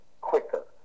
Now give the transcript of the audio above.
quicker